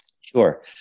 Sure